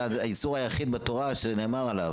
זה האיסור היחיד בתורה שנאמר עליו,